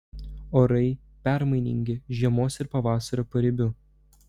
orai permainingi žiemos ir pavasario paribiu